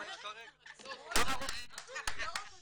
לא רק אותך,